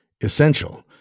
essential